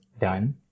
done